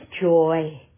joy